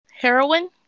Heroin